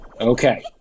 Okay